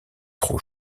trop